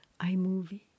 iMovie